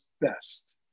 best